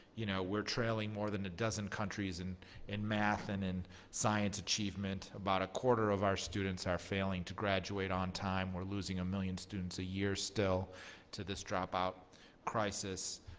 you know we're trailing more than a dozen countries and in math and in science achievement. about a quarter of our students are failing to graduate on time. we're losing a million students a year still to this dropout crisis.